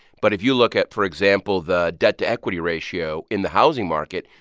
but if you look at, for example, the debt-to-equity ratio in the housing market,